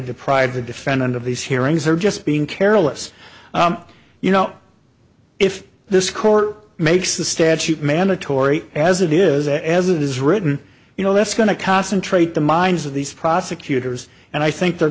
deprive the defendant of these hearings are just being careless you know if this court makes the statute mandatory as it is as it is written you know that's going to concentrate the minds of these prosecutors and i think they're